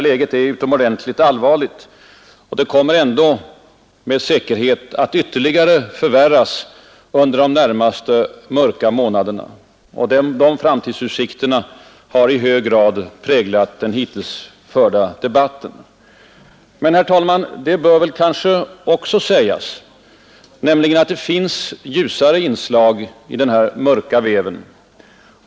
Läget är utomordentligt allvarligt, och det kommer med säkerhet att ytterligare förvärras under de närmaste mörka månaderna, det är de framtidsutsikterna som i hög grad präglat den hittills förda debatten. Men, herr talman, det bör väl kanske också sägas att det finns ljusare inslag i den här mörka väven.